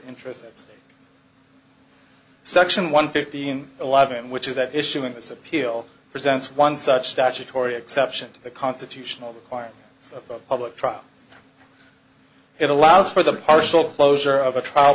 interests section one fifteen eleven which is at issue in this appeal presents one such statutory exception to the constitutional requirements of public trial it allows for the partial closure of a trial